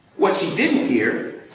what she didn't hear